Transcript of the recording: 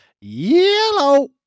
yellow